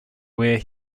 where